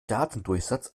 datendurchsatz